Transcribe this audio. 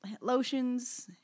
lotions